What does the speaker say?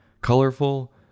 colorful